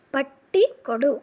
ಪಟ್ಟಿ ಕೊಡು